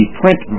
print